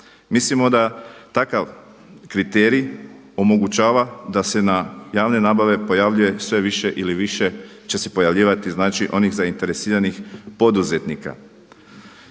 Mislimo da takav kriterij omogućava da se na javne nabave pojavljuje sve više ili više će se pojavljivati znači onih zainteresiranih poduzetnika.